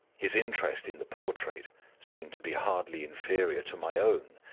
his interest in the portrait seemed to be hardly inferior to my own.